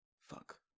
Fuck